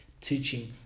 teaching